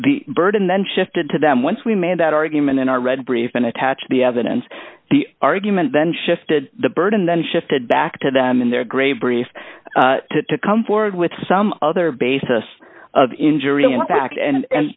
the burden then shifted to them once we made that argument in our red briefs and attach the evidence the argument then shifted the burden then shifted back to them in their grey brief to come forward with some other basis of injury in fact and